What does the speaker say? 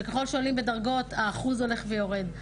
שככל שעולים בדרגות האחוז הולך ויורד,